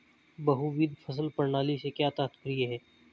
बहुविध फसल प्रणाली से क्या तात्पर्य है?